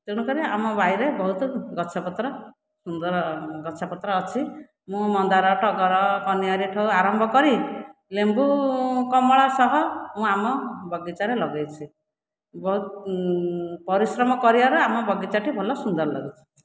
ତେଣୁକରି ଆମ ବାଇରେ ବହୁତ ଗଛପତ୍ର ସୁନ୍ଦର ଗଛ ପତ୍ର ଅଛି ମୁଁ ମନ୍ଦାର ଟଗର କନିଆରିଠୁ ଆରମ୍ଭ କରି ଲେମ୍ବୁ କମଳା ସହ ମୁଁ ଆମ ବଗିଚାରେ ଲଗାଇଛି ବହୁତ ପରିଶ୍ରମ କରିବାରୁ ଆମ ବଗିଚାଟି ଭଲ ସୁନ୍ଦର ଲାଗୁଛି